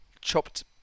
chopped